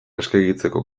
eskegitzeko